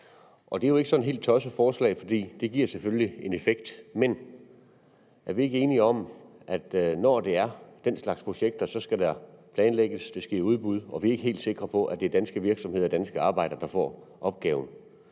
Og det er jo ikke et helt tosset forslag, for det giver selvfølgelig en effekt. Men er vi ikke enige om, at når der er tale om den slags projekter, skal der planlægges, og det skal i udbud, og vi kan ikke være helt sikre på, at det bliver danske virksomheder og danske arbejdere, der får opgaven?